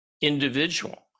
individual